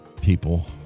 people